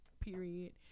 period